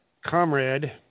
Comrade